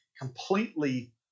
completely